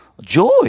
joy